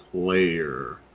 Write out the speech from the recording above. player